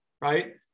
right